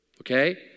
okay